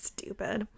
Stupid